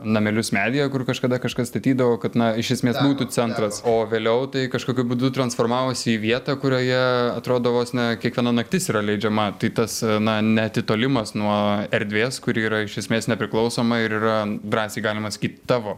namelius medyje kur kažkada kažkas statydavo kad na iš esmės būtų centras o vėliau tai kažkokiu būdu transformavosi į vietą kurioje atrodo vos ne kiekviena naktis yra leidžiama tai tas na ne atitolimas nuo erdvės kuri yra iš esmės nepriklausoma ir yra drąsiai galima sakyt tavo